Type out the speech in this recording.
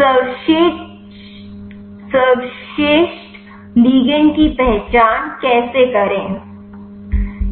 सर्वश्रेष्ठ लिगंड की पहचान कैसे करें